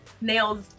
nails